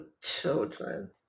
children